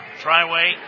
Tryway